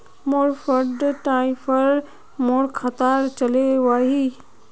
मोर fund transfer मोर खातात चले वहिये